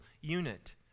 unit